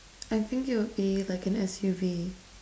I think it would be like an S_U_V